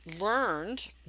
learned